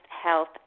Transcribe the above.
health